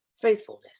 faithfulness